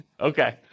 Okay